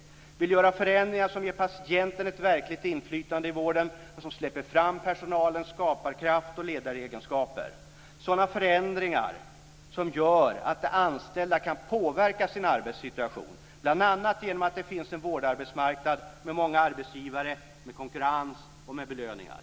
Vi vill göra förändringar som ger patienten ett verkligt inflytande i vården och som släpper fram personalens skaparkraft och ledaregenskaper. Det handlar om sådana förändringar som gör att de anställda kan påverka sin arbetssituation, bl.a. genom att det finns en vårdarbetsmarknad med många arbetsgivare, konkurrens och belöningar.